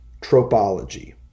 tropology